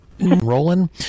rolling